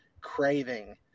craving